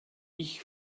ich